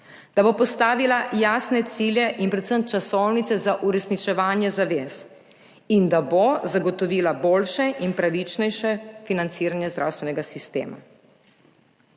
da bo postavila jasne cilje in predvsem časovnice za uresničevanje zavez in da bo zagotovila boljše in pravičnejše financiranje zdravstvenega sistema.